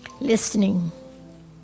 Listening